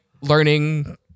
learning